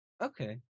Okay